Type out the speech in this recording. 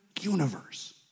universe